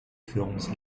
films